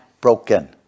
broken